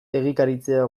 egikaritzea